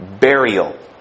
burial